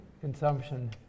consumption